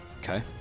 Okay